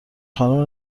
خانم